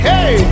Hey